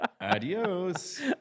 Adios